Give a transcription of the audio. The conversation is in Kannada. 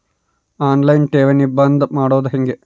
ಆನ್ ಲೈನ್ ಠೇವಣಿ ಬಂದ್ ಮಾಡೋದು ಹೆಂಗೆ?